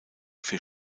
für